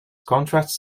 contrast